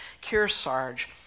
Kearsarge